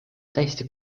täiesti